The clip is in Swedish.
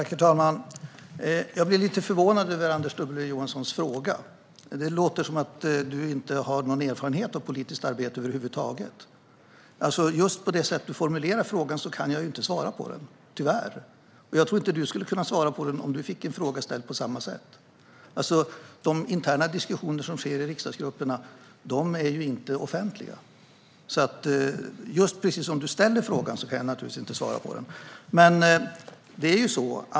Herr talman! Jag blir lite förvånad över din fråga, Anders W Jonsson. Det låter som att du inte har någon erfarenhet av politiskt arbete över huvud taget. Med tanke på just hur du formulerar frågan kan jag tyvärr inte svara på den. Jag tror inte att du skulle kunna svara på en fråga som ställdes på samma sätt. De interna diskussioner som sker i riksdagsgrupperna är inte offentliga. Som du ställer frågan kan jag naturligtvis inte svara på den.